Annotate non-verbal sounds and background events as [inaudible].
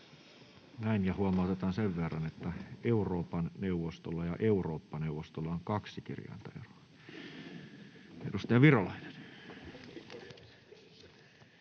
Näin. — Ja huomautetaan sen verran, että Euroopan neuvostolla ja Eurooppa-neuvostolla on kaksi kirjainta eroa. [laughs] — Edustaja Virolainen.